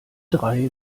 drei